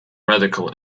radical